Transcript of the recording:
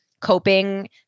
coping